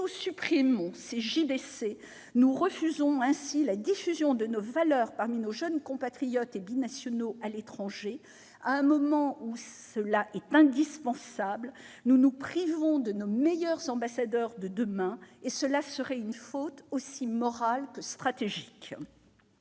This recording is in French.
supprimant les JDC nous refusons la diffusion de nos valeurs parmi nos jeunes compatriotes et binationaux à l'étranger. À un moment où cela est indispensable, nous nous privons de nos meilleurs ambassadeurs de demain. Ce serait une faute aussi morale que stratégique